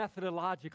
methodologically